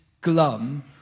glum